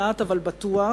לאט אבל בטוח,